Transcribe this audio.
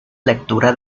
lectura